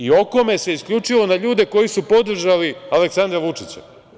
Okome se isključivo na ljude koji su podržali Aleksandra Vučića.